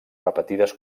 repetides